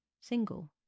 single